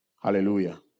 Hallelujah